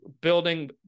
Building